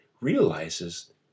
realizes